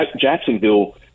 Jacksonville